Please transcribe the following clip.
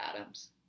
Adams